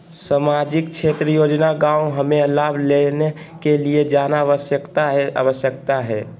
सामाजिक क्षेत्र योजना गांव हमें लाभ लेने के लिए जाना आवश्यकता है आवश्यकता है?